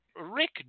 Rick